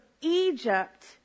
Egypt